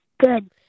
Good